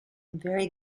very